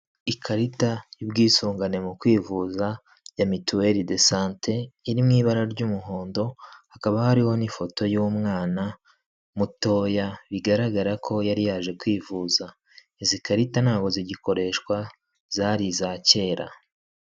Ikarita y'ubwisungane mu kwivuza ya mituelle de sante iri mw’ibara ry'umuhondo, hakaba hariho n'ifoto y'umwana mutoya bigaragara ko yari yaje kwivuza. Izi karita ntabwo zigikoreshwa zar’iza kera.